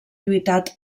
lluitat